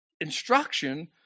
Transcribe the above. instruction